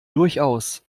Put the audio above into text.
durchaus